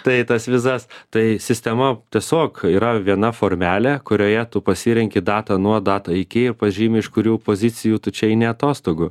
tai tas vizas tai sistema tiesiog yra viena formelė kurioje tu pasirenki datą nuo datą iki pažymi iš kurių pozicijų tu čia eini atostogų